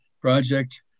project